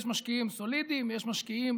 יש משקיעים סולידיים, ויש משקיעים